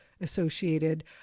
associated